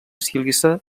sílice